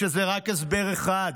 יש לזה רק הסבר אחד: